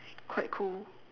quite cool